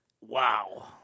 Wow